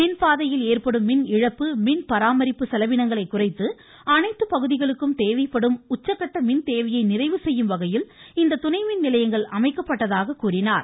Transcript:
மின்பாதையில் ஏற்படும் மின்இழப்பு மின்பராமரிப்பு செலவினங்களை குறைத்து அனைத்து பகுதிகளுக்கும் தேவைப்படும் உச்சக்கட்ட மின் தேவையை நிறைவு செய்யும் வகையில் இந்த துணை மின் நிலையங்கள் அமைக்கப்பட்டதாக கூறினார்